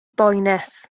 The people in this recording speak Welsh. boenus